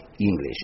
English